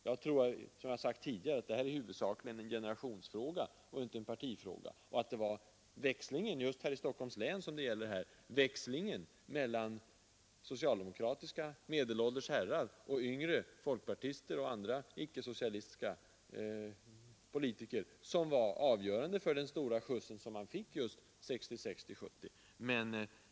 Jag tror, som jag har sagt tidigare, att det här huvudsakligen är en generationsfråga och inte partifråga, och jag tror att det var växlingen i Stockholms län — som det här gäller — mellan socialdemokratiska medelålders herrar och yngre folkpartister och andra icke-socialistiska politiker som var avgörande för den stora skjuts daghemsutbyggnaden fick just under tiden 1966—1970.